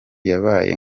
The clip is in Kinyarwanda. yabaye